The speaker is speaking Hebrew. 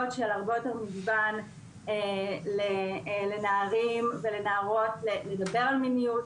מגוון לנערים ולנערות לדבר על מיניות,